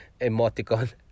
Emoticon